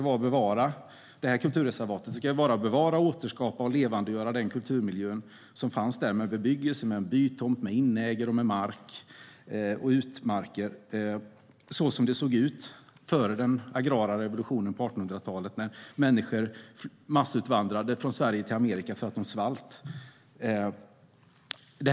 Syftet med det här kulturreservatet är att bevara, återskapa och levandegöra kulturmiljön - med bebyggelse, bytomt, inägor och utmark - så som den såg ut före den agrara revolutionen på 1800-talet, när människor massutvandrade från Sverige till Amerika för att de svalt.